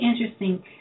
interesting